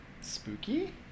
Spooky